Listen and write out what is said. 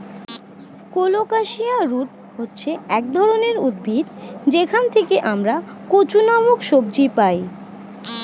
colocasia root হচ্ছে এক ধরনের উদ্ভিদ যেখান থেকে আমরা কচু নামক সবজি পাই